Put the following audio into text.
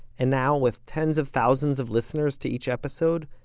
and now, with tens of thousands of listeners to each episode,